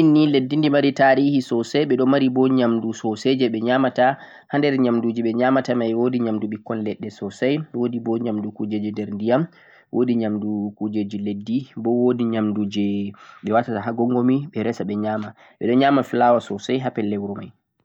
leddi Sweden ni leddi on ndi ɗoo n mari taarihi soosay ɓe ɗon mari bo nyaama soosay jee ɓe nyaamata. Ha nder nyaamnduuji ɓe nyaamata may woodi ɓikkon leɗɗe soosay, woodi di bo nyaamndu kuujeeeji nder ndiyam, woodi nyaamndu kuujeeeji leddi, bo woodi nyaamndu jee ɓe waatata ha gongomi ɓe resa ɓe nyaama, ɓe ɗo nyaama flour soosay ha pelle wuro may